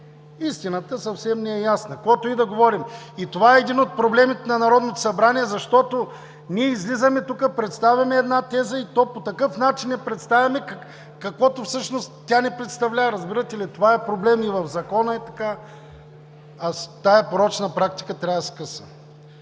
Истината съвсем ни е ясна, каквото и да говорим. Това е един от проблемите на Народното събрание, защото ние излизаме тук, представяме една теза, и то по такъв начин я представяме, каквото всъщност тя не представлява. Разбирате ли? Това е проблем! И в Закона е така, а с тази порочна практика трябва да се скъса.